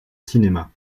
cinéma